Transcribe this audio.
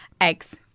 Eggs